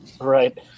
Right